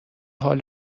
حال